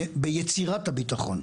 ביצירת הביטחון.